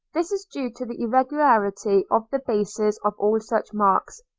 this is due to the irregularity of the bases of all such marks.